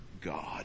God